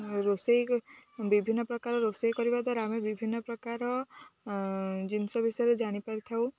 ରୋଷେଇ ବିଭିନ୍ନ ପ୍ରକାର ରୋଷେଇ କରିବା ଦ୍ୱାରା ଆମେ ବିଭିନ୍ନ ପ୍ରକାର ଜିନିଷ ବିଷୟରେ ଜାଣିପାରିଥାଉ